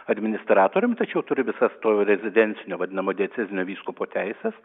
administratorium tačiau turi visas to rezidencinio vadinamo diecezinio vyskupo teises